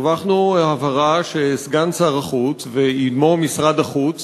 הרווחנו הבהרה שסגן שר החוץ ועמו משרד החוץ